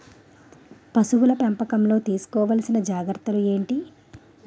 పశువుల పెంపకంలో తీసుకోవల్సిన జాగ్రత్తలు ఏంటి?